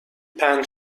پنج